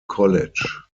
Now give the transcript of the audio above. college